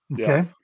Okay